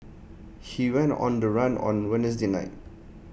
she went on the run on Wednesday night